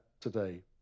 today